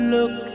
Look